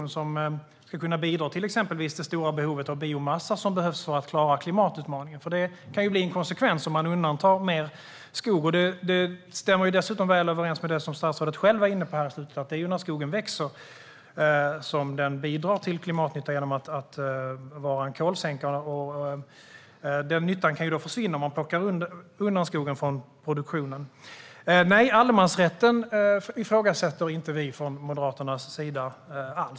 Denna skog hade annars kunnat bidra till exempelvis den stora mängd biomassa som behövs för att klara klimatutmaningen. Om man undantar mer skog kan det alltså få konsekvenser för detta. Detta stämmer dessutom väl överens med det som statsrådet själv var inne på här på slutet, att det är när skogen växer som den bidrar till klimatnytta genom att vara en kolsänka. Den nyttan kan försvinna om man plockar undan skogen från produktionen. Nej, allemansrätten ifrågasätter vi inte alls från Moderaternas sida.